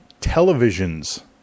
Television's